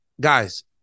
Guys